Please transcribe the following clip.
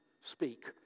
speak